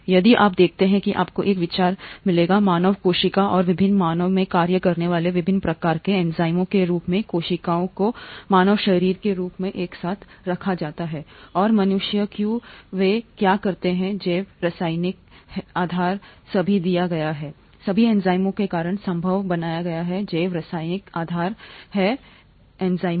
यदि आप देखते हैं कि आपको एक विचार मिलेगा मानव कोशिका और विभिन्न मानव में कार्य करने वाले विभिन्न प्रकार के एंजाइमों के रूप में कोशिकाओं को मानव शरीर के रूप में एक साथ रखा जाता है और मनुष्य क्यों वे क्या करते हैं जैव रासायनिक है आधार सभी दिया गया है सभी एंजाइमों के कारण संभव बनाया गया है जैव रासायनिक आधार है एंजाइमों